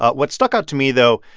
ah what stuck out to me, though,